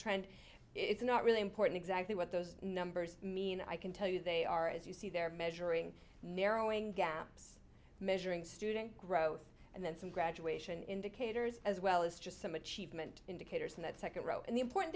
trend it's not really important exactly what those numbers mean i can tell you they are as you see they're measuring narrowing gaps measuring student growth and then some graduation indicators as well as just some achievement indicators in that second row in the important